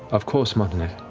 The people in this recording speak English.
of course, martinet.